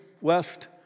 West